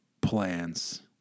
plans